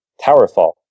Towerfall